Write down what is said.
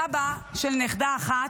סבא לנכדה אחת.